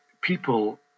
people